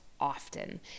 often